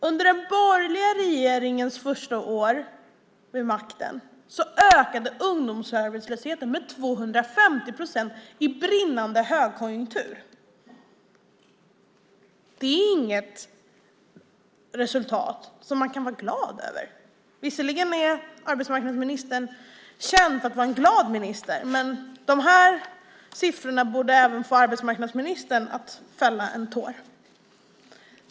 Under den borgerliga regeringens första år vid makten ökade ungdomsarbetslösheten med 250 procent i brinnande högkonjunktur. Det är inget resultat som man kan vara glad över. Visserligen är arbetsmarknadsministern känd för att vara en glad minister, men de här siffrorna borde även få arbetsmarknadsministern att fälla en tår.